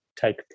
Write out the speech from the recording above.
take